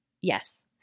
Yes